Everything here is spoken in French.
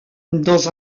dans